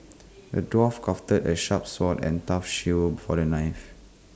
the dwarf crafted A sharp sword and tough shield for the knight